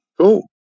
cool